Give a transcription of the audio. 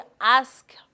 ask